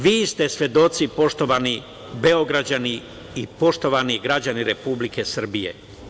Vi ste svedoci, poštovani Beograđani i poštovani građani Republike Srbije.